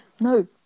No